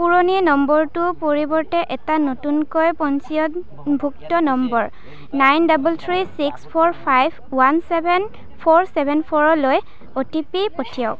পুৰণি নম্বৰটোৰ পৰিৱৰ্তে এটা নতুনকৈ পঞ্জীয়নভুক্ত number nine double three six four five one seven four seven ফ'ৰলৈ অ' টি পি পঠিয়াওক